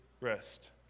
rest